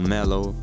Mellow